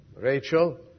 Rachel